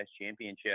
championship